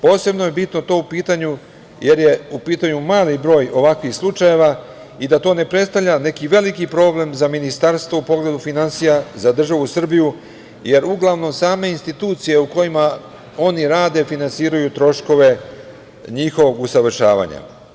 Posebno je bitno to, jer je u pitanju mali broj ovakvih slučajeva i da to ne predstavlja neki veliki problem za Ministarstvo u pogledu finansija, za državu Srbiju, jer uglavnom same institucije u kojima oni rade, finansiraju troškove njihovog usavršavanja.